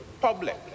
public